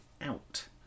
out